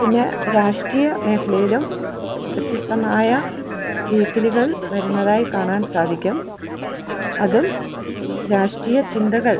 പിന്നെ രാഷ്ട്രീയ മേഖലയിലും വ്യത്യസ്ഥമായ വീക്കിലികൾ വരുന്നതായി കാണാൻ സാധിക്കും അതും രാഷ്ട്രീയ ചിന്തകൾ